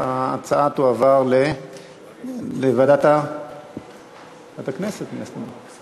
לכן ההצעה תועבר לוועדת הכנסת מן הסתם.